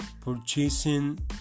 purchasing